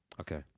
Okay